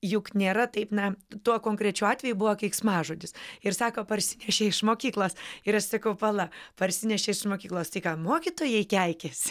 juk nėra taip na tuo konkrečiu atveju buvo keiksmažodis ir sako parsinešė iš mokyklos ir aš sakau pala parsinešė iš mokyklos mokytojai keikiasi